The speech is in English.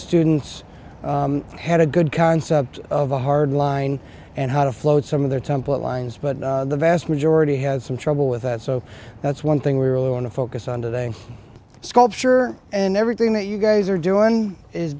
students had a good concept of a hard line and how to float some of their template lines but the vast majority had some trouble with it so that's one thing we really want to focus on today sculpture and everything that you guys are doing is